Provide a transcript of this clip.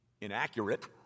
inaccurate